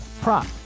prop